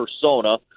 persona